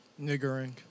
Niggering